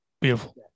beautiful